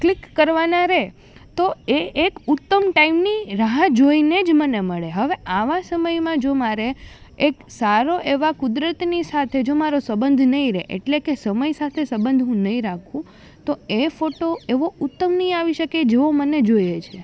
click કરવાના રહે તો એ એક ઉત્તમ ટાઈમની રાહ જોઈને જ મને મળે હવે આવા સમયમાં જો મારે એક સારો એવા કુદરતની સાથે જો મારો સંબંધ નહીં રહે એટલે કે સમય સાથે સંબંધ હું નહીં રાખું તો એ ફોટો એવો ઉત્તમ નહીં આવી શકે જેવો મને જોઈએ છે